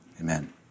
Amen